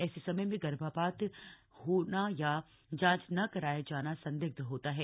ऐसे समय में गर्भपात होना या जांच न कराया जाना संदिग्ध होता है